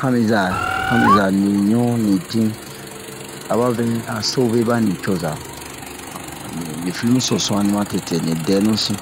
hamiza hamiza niɲu nitin aba vɛ a sove ba nicoza han ni filmu so sin ma tete ni dɛnu sin